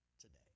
today